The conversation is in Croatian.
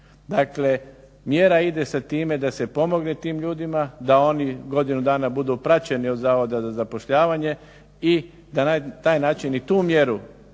Dakle, mjera ide sa time da se pomogne tim ljudima, da oni godinu dana budu praćeni od Zavoda za zapošljavanje i da na taj način i tu mjeru